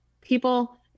people